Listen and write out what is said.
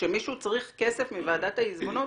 כשמישהו צריך כסף מועדת העיזבונות